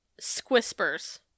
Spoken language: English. Squispers